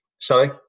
Sorry